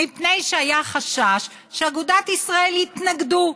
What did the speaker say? מפני שהיה חשש שאגודת ישראל יתנגדו.